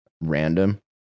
random